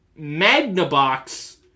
Magnabox